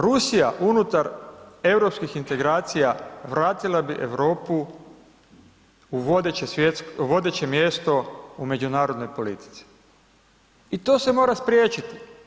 Rusija unutar europskih integracija vratila bi Europu u vodeće mjesto u međunarodnoj politici i to se mora spriječiti.